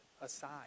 aside